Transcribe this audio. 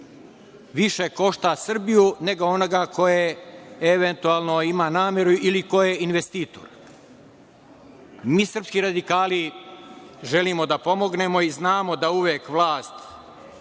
više košta Srbiju, nego onoga koji eventualno imam nameru, ili ko je investitor. Mi srpski radikali želimo da pomognemo i znamo da uvek vlast